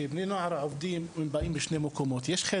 כי כשבני נוער מתחילים לעבוד זה קורה משני מקומות.